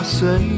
say